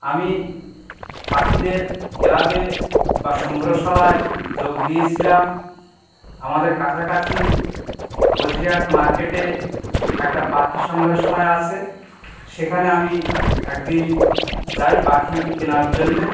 আমি পাখিদের ক্লাবে বা সংগ্রহশালায় যোগ দিয়েছিলাম আমাদের কাছাকাছি বসিরহাট মার্কেটে একটা পাখি সংগ্রহশালায় আছে সেখানে আমি এক দিন যাই পাখি কেনার জন্যে